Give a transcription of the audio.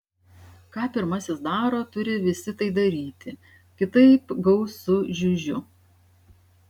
ką pirmasis daro turi visi tai daryti kitaip gaus su žiužiu